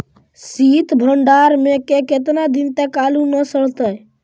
सित भंडार में के केतना दिन तक आलू न सड़तै?